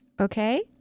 Okay